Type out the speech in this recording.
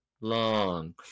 long